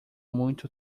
muito